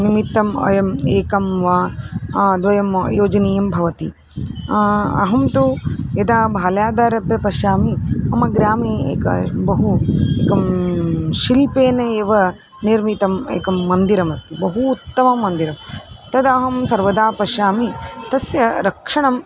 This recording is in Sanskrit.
निमित्तं वयम् एकं वा द्वयं योजनीयं भवति अहं तु यदा बाल्यादारभ्य पश्यामि मम ग्रामे एकं बहु एकं शिल्पेन एव निर्मितम् एकं मन्दिरमस्ति बहु उत्तमं मन्दिरं तदहं सर्वदा पश्यामि तस्य रक्षणम्